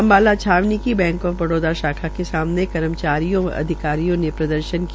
अम्बाला छावनी की Bank of Baroda शाखा के सामने कर्मचारियों व अधिकारियों ने प्रदर्शन किया